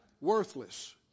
Worthless